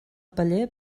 paller